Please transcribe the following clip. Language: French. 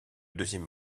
deuxième